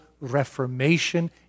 reformation